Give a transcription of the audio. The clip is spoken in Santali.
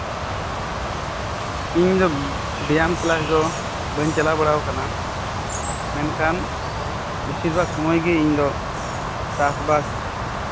ᱤᱧ ᱫᱚ ᱵᱮᱭᱟᱢ ᱠᱞᱟᱥ ᱫᱚ ᱵᱟᱹᱧ ᱪᱟᱞᱟᱣ ᱵᱟᱲᱟ ᱟᱠᱟᱱᱟ ᱢᱮᱱᱠᱷᱟᱱ ᱵᱮᱥᱤᱨ ᱵᱷᱟᱜ ᱥᱚᱢᱟᱭ ᱜᱮ ᱤᱧ ᱫᱚ ᱪᱟᱥᱵᱟᱥ